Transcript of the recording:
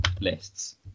lists